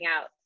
out